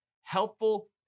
helpful